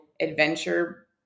adventure